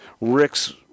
Rick's